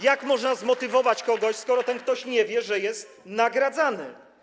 Jak można zmotywować kogoś, skoro ten ktoś nie wie, że jest nagradzany?